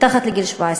מתהפך.